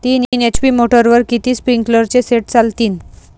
तीन एच.पी मोटरवर किती स्प्रिंकलरचे सेट चालतीन?